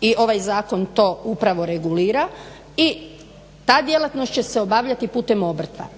i ovaj zakon to upravo regulira i ta djelatnost će se obavljati putem obrta,